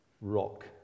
rock